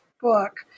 book